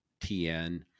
tn